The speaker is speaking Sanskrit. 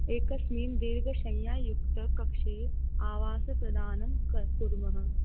एकस्मिन् दीर्घशय्यायुक्तकक्षे आवासप्रदानं कर् कुर्मः